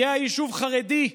יהיה היישוב חרדי,